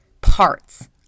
parts